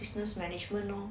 business management know